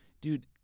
Dude